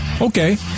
okay